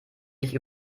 sich